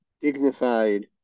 dignified